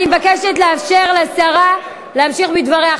אני מבקשת לאפשר לשרה להמשיך בדבריה.